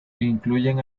incluyen